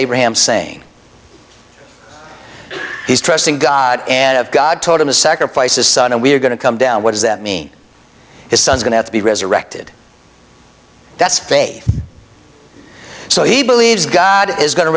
abraham saying he's trusting god and god told him to sacrifice his son and we're going to come down what does that mean his son going to be resurrected that's faith so he believes god is go